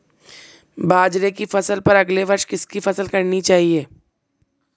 बाजरे की फसल पर अगले वर्ष किसकी फसल करनी चाहिए?